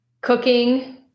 cooking